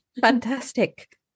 Fantastic